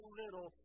little